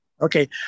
Okay